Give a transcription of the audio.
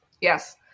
Yes